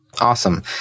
Awesome